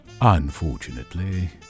Unfortunately